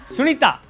Sunita